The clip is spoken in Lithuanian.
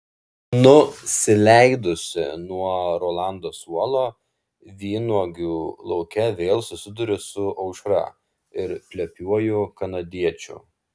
nusileidusi nuo rolando suolo vynuogių lauke vėl susiduriu su aušra ir plepiuoju kanadiečiu